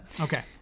Okay